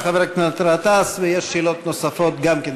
של חבר הכנסת גטאס, ויש שאלות נוספות גם כן.